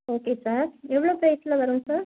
okay sir எவ்வளோ ஃபிரைஸில் வரும் சார்